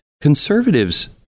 conservatives